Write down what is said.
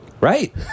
Right